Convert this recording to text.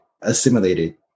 assimilated